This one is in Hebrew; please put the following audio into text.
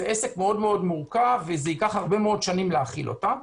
זה עסק מאוד מאוד מורכב וזה ייקח הרבה מאוד שנים להחיל אותה.